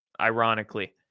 ironically